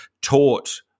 taught